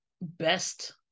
best